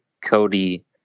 Cody